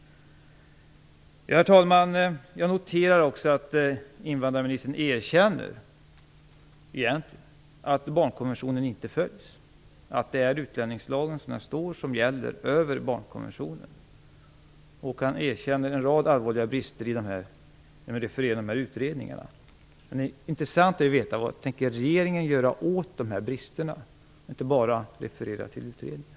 Herr talman! Jag noterar också att invandrarministern erkänner att barnkonventionen inte följs utan att det är utlänningslagen som gäller framför barnkonventionen. Han erkänner också en rad allvarliga brister i de refererade utredningarna. Men det vore intressant att få veta vad regeringen tänker göra åt dessa brister och inte bara få höra invandrarministern referera till utredningar.